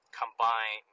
combine